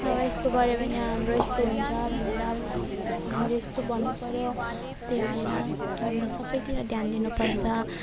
अन्त अब यस्तो गर्यो भने हाम्रो यस्तो हुन्छ भनेर हामीले यस्तो भन्नु पर्यो त्यही भएर हामीले सबैतिर ध्यान दिनु पर्छ